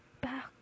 back